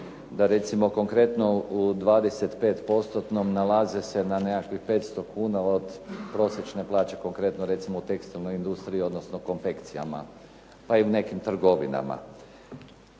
da recimo konkretno u 25 postotnom nalaze se na nekakvih 500 kn od prosječne plaće konkretno recimo u tekstilnoj industriji, odnosno konfekcijama, pa i u nekim trgovinama.